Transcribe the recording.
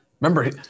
Remember